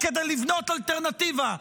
כדי לבנות אלטרנטיבה,